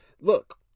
Look